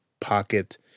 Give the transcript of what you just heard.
pocket